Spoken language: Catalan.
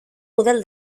model